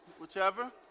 whichever